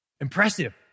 Impressive